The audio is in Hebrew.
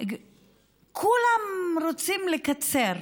כולם רוצים לקצר,